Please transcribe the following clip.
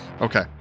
Okay